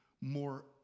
more